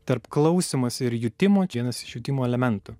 tarp klausymosi ir jutimo čia vienas iš jutimo elementų